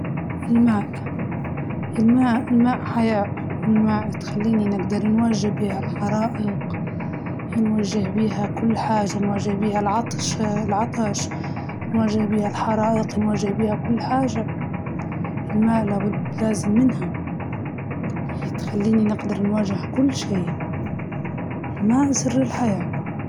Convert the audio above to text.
التحكم في ال الماية أكيد لإنها مصدر الحياة، وبعدين تقدر تستخدمها في أي مكان، حتى النار حلوة بس مش عارفة تحسها خطرة شوي.